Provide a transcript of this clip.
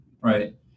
right